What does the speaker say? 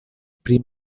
pri